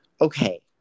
okay